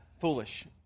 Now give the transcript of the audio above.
foolish